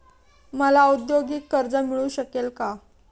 मला औद्योगिक कर्ज मिळू शकेल का?